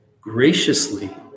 graciously